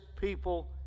people